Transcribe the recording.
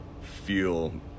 feel